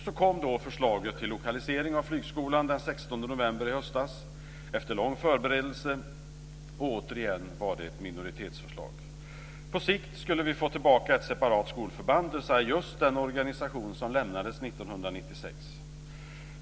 Så kom då förslaget till lokalisering av flygskolan den 16 november i höstas efter en lång förberedelse, och återigen var det ett minoritetsförslag. På sikt skulle vi få tillbaka ett separat skolförband, dvs. just den organisation som lämnades 1996.